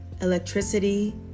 electricity